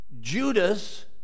Judas